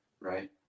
right